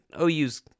OU's